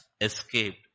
escaped